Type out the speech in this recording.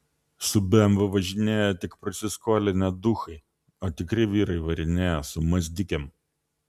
su bemvu važinėja tik prasiskolinę duchai o tikri vyrai varinėja su mazdikėm